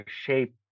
shape